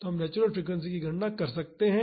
तो हम natural frequency की गणना कर सकते हैं